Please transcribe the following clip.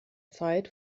zeit